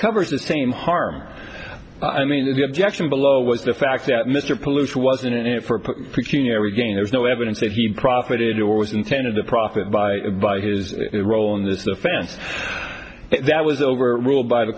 covers the same harm i mean the objection below was the fact that mr pollution was in it for gain there's no evidence that he profited or was intended to profit by by his role in this offense that was overruled by the